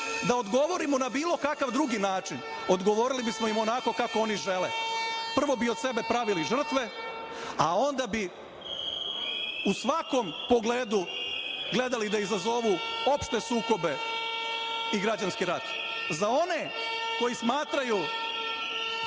Da odgovorimo na bilo kakav drugi način, odgovorili bismo im onako kako oni žele. Prvo bi od sebe pravili žrtve, a onda bi u svakom pogledu gledali da izazovu opšte sukobe i građanski rat.Za one koji smatraju